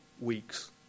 weeks